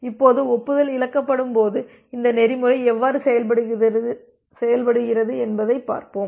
இப்போது ஒப்புதல் இழக்கப்படும்போது இந்த நெறிமுறை எவ்வாறு செயல்படுகிறது என்பதைப் பார்ப்போம்